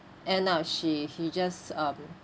end up she he just um